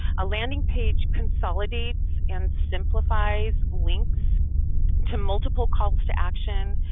a landing page consolidates and simplifies links to multiple calls to action,